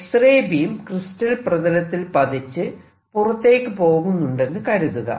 x-ray beam crystal പ്രതലത്തിൽ പതിച്ച് പുറത്തേക്കു പോകുന്നുണ്ടെന്നു കരുതുക